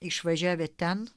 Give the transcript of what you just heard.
išvažiavę ten